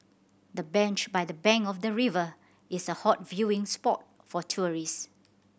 the bench by the bank of the river is a hot viewing spot for tourist